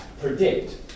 predict